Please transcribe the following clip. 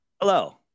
Hello